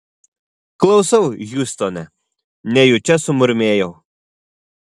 klausau hiūstone nejučia sumurmėjau